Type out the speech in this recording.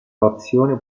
frazione